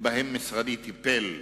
שמשרדי טיפל בהם,